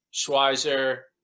Schweizer